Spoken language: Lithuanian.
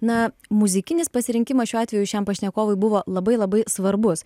na muzikinis pasirinkimas šiuo atveju šiam pašnekovui buvo labai labai svarbus